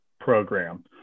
program